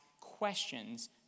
questions